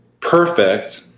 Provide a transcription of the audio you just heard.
perfect